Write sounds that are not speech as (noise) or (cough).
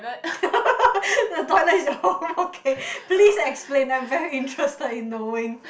(laughs) the toilet is your home okay please explain I'm very interested in knowing